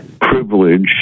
privilege